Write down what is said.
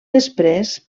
després